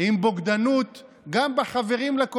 אתה זוכר,